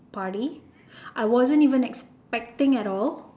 party I wasn't even expecting at all